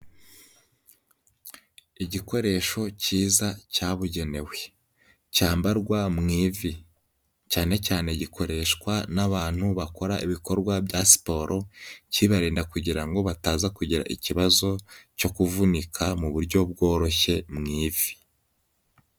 Igikoresho cyiza cyabugenewe cyambarwa mu ivi, cyane cyane gikoreshwa n'abantu bakora ibikorwa bya siporo kibarinda kugira ngo bataza kugira ikibazo cyo kuvunika mu buryo bworoshye mu ivi.